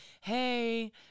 hey